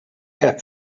cap